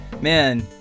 Man